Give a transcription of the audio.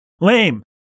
lame